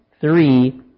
three